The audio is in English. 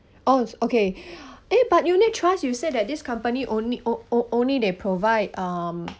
oh it's okay eh but unit trust you said that this company on~ on~ only they provide um